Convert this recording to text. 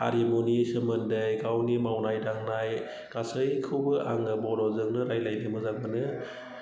हारिमुनि सोमोन्दै गावनि मावनाय दांनाय गासैखौबो आङो बर'जोंनो रायज्लायनो मोजां मोनो